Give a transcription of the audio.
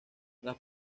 las